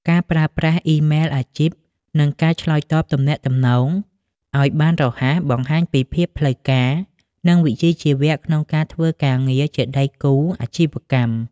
ការប្រើប្រាស់អ៊ីមែលអាជីព និងការឆ្លើយតបទំនាក់ទំនងឱ្យបានរហ័ស បង្ហាញពីភាពផ្លូវការ និងវិជ្ជាជីវៈក្នុងការធ្វើការងារជាដៃគូអាជីវកម្ម។